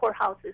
courthouses